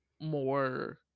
more